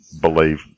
believe